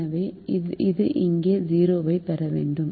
எனவே நான் இங்கே 0 பெற வேண்டும்